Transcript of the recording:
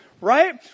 right